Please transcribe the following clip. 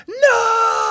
no